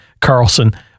Carlson